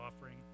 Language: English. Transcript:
offering